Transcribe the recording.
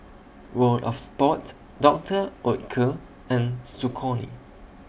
World of Sports Doctor Oetker and Saucony